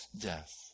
death